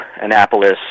annapolis